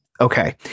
Okay